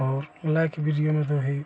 और like video में तो है ही